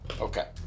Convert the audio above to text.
Okay